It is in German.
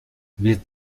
wird